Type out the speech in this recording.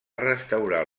restaurar